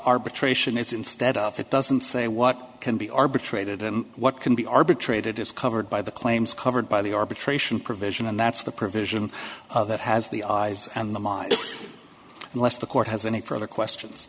arbitration is instead it doesn't say what can be arbitrated and what can be arbitrated is covered by the claims covered by the arbitration provision and that's the provision that has the eyes and the mind unless the court has any further questions